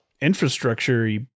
infrastructure